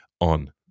on